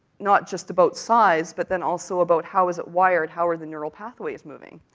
not just about size, but then also about how is it wired, how are the neural pathways moving.